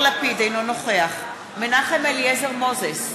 אינו נוכח מנחם אליעזר מוזס,